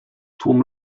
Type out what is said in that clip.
tłum